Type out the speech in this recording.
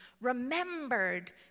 remembered